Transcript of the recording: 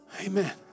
Amen